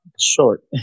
short